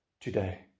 today